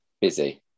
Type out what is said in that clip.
busy